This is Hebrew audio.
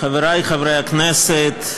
חברי חברי הכנסת,